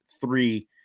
three